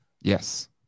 yes